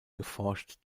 geforscht